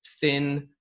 thin